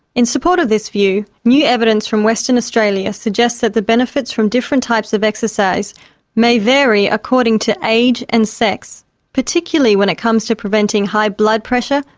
in support of this view new evidence from western australia suggests that the benefits from different types of exercise may vary according to age and sex particularly when it comes to preventing high blood pressure,